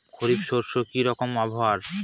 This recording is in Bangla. খরিফ শস্যে কি রকম আবহাওয়ার?